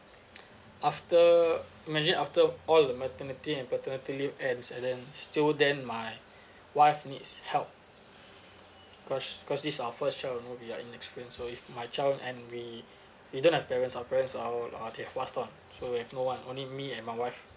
after imagine after all the maternity and paternity leave ends and then still then my wife needs help because cause this is our first child you know we are inexperienced so if my child and we we don't have parents our parents are are they've passed on so we have no one only me and my wife